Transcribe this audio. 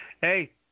Hey